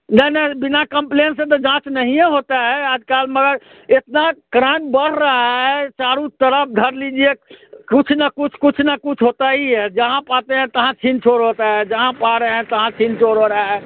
नहीं नहीं बिना कम्पलेन से तो जाँच नहीं होता है आज कल मगर एतना क्राइम बढ़ रहा है चारों तरफ़ धर लीजिए कुछ न कुछ कुछ न कुछ होता ही है जहाँ पाते हैं तहाँ छिन छोर होता है जहाँ पा रहे हैं तहाँ छिन छोर हो रहा है